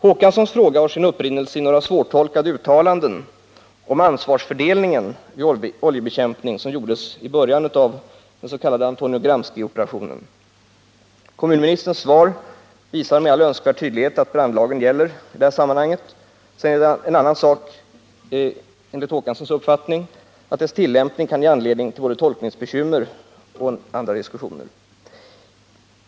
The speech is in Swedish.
Hans fråga hade sin upprinnelse i några svårtolkade uttalanden om ansvarsfördelningen vid oljebekämpning. De gjordes i början av den s.k.Antonio Gramsci-operationen. Kommunministerns svar visar med all önskvärd tydlighet att brandlagen gäller i detta sammanhang. En annan sak enligt Per Olof Håkanssons uppfattning är att dess tillämpning kan ge anledning till både tolkningsbekymmer och andra diskussioner.